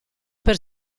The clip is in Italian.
per